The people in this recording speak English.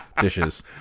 dishes